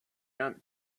ant